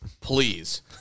please